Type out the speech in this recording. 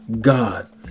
God